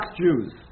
Jews